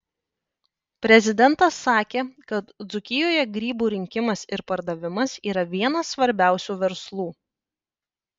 prezidentas sakė kad dzūkijoje grybų rinkimas ir pardavimas yra vienas svarbiausių verslų